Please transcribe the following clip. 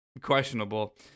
questionable